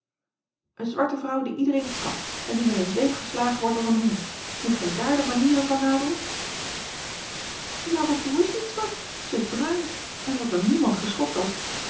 eene zwarte vrouw die iedereen trapt en die met eene zweep geslagen wordt als een hond moet gij dààr de manieren van nadoen maar baboe is niet zwart zij is bruin en wordt door niemand geschopt als